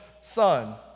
Son